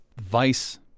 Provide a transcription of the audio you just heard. vice